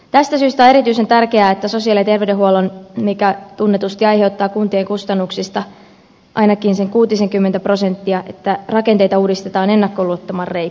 tästä syystä on erityisen tärkeää että sosiaali ja terveydenhuollon mikä tunnetusti aiheuttaa kuntien kustannuksista ainakin sen kuutisenkymmentä prosenttia rakenteita uudistetaan ennakkoluulottoman reippaasti